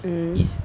mmhmm